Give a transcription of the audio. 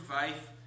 faith